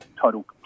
total